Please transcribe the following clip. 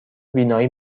بینایی